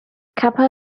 kappa